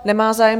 Nemá zájem.